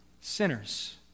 Sinners